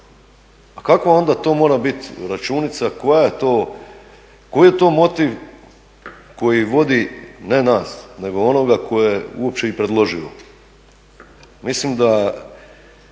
A kakva onda to mora biti računica, koja je to, koji je to motiv koji vodi ne nas nego onoga koji je uopće predložio. Mislim da